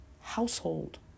household